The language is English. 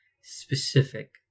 specific